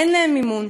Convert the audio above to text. אין להן מימון.